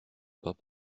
pas